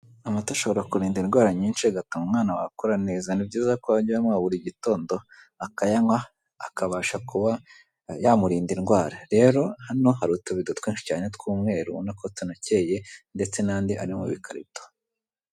Amata ashobora kurinda indwara nyinshi, agatuma umwana wawe ukura neza, ni byiza ko ajya uyanywa buri gitondo, akayanywa akabasha kuba yamurinda indwara, rero hano hari utubido twinshi cyane tw'umweru, ubona ko tunakeye ndetse n'andi ari mu bikarito.